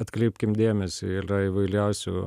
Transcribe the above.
atkreipkim dėmesį ylia įvairiausių